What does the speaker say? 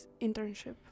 internship